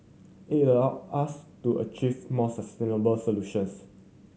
it allow us to achieve more sustainable solutions